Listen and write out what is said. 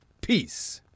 peace